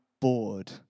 bored